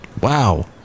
Wow